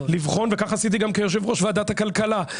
לבחון וכך עשיתי גם כיושב ראש ועדת הכלכלה,